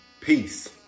Peace